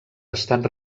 estat